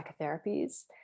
psychotherapies